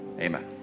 Amen